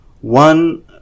one